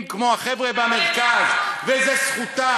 שאין לה כיוון, אין לה תוחלת.